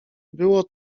było